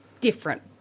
different